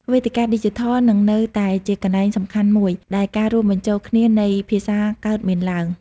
វេទិកាឌីជីថលនឹងនៅតែជាកន្លែងសំខាន់មួយដែលការរួមបញ្ចូលគ្នានៃភាសាកើតមានឡើង។